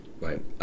Right